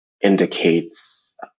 indicates